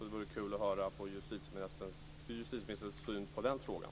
Det vore kul att höra justitieministerns syn på den frågan.